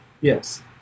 Yes